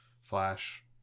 Flash